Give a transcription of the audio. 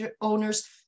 owners